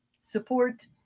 Support